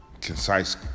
concise